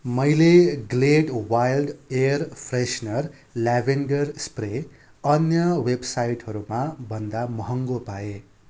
मैले Glade wild air freshener lavender spray अन्य वेबसाइटहरूमा भन्दा महँगो पाएँ